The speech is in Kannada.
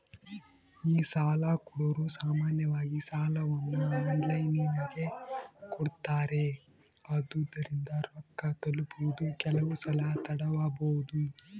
ಈ ಸಾಲಕೊಡೊರು ಸಾಮಾನ್ಯವಾಗಿ ಸಾಲವನ್ನ ಆನ್ಲೈನಿನಗೆ ಕೊಡುತ್ತಾರೆ, ಆದುದರಿಂದ ರೊಕ್ಕ ತಲುಪುವುದು ಕೆಲವುಸಲ ತಡವಾಬೊದು